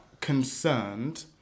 concerned